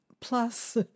plus